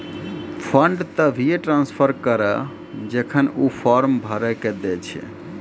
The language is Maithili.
फंड तभिये ट्रांसफर करऽ जेखन ऊ फॉर्म भरऽ के दै छै